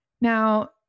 Now